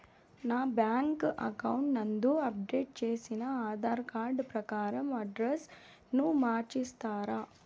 నా bank account నందు update చేసిన ఆధార్ కార్డు ప్రకారం అడ్రస్ ను మార్చిస్తారా?